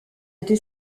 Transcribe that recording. été